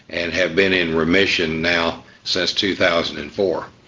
and have been in remission now since two thousand and four.